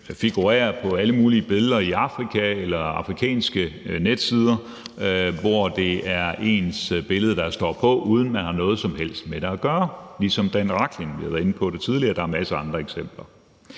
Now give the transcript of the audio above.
figurerer på alle mulige billeder i Afrika eller på afrikanske netsider, hvor det er ens billede, der står på, uden at man har noget som helst med det at gøre, ligesom Dan Rachlin har oplevet det, som vi har været inde på tidligere, og der er masser af andre eksempler.